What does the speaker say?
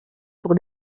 pour